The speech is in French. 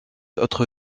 autre